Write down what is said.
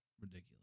ridiculous